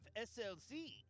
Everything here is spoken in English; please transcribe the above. SLC